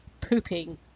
pooping